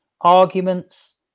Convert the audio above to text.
arguments